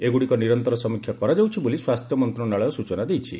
ଏଗୁଡ଼ିକ ନିରନ୍ତର ସମୀକ୍ଷା କରାଯାଉଛି ବୋଲି ସ୍ୱାସ୍ଥ୍ୟ ମନ୍ତ୍ରଶାଳୟ ସ୍କୁଚନା ଦେଇଛି